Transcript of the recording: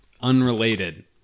unrelated